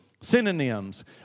Synonyms